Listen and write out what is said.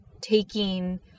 taking